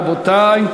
רבותי,